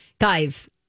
Guys